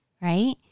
right